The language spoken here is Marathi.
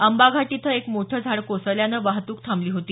आंबाघाट इथं एक मोठे झाड कोसळल्यानं वाहतूक थांबली होती